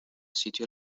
sitio